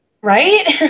right